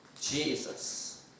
Jesus